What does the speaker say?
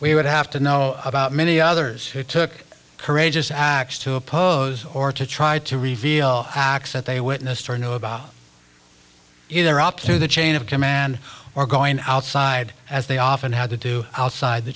we would have to know about many others who took courageous acts to oppose or to try to reveal acts that they witnessed or knew about either up through the chain of command or going outside as they often had to do outside the